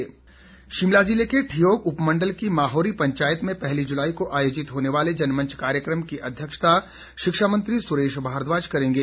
जनमंच शिमला जिले के ठियोग उपमंडल की माहौरी पचायत में पहली जुलाई को आयोजित होने वाले जनमंच कार्यक्रम की अध्यक्षता शिक्षा मंत्री सुरेश भारद्वाज करेंगे